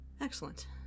Excellent